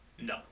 No